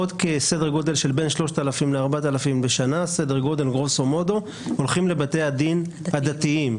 עוד סדר גדול של בין 3,000 ל-4,000 בשנה הולכים לבתי הדין הדתיים,